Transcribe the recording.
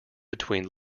between